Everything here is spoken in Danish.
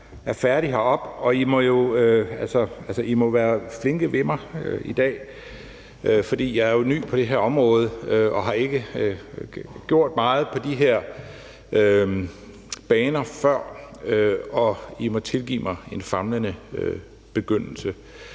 er færdig heroppe. Og I må være flinke ved mig i dag, for jeg er ny på det her område og har ikke gjort meget på den her bane før, og I må tilgive mig en famlende begyndelse.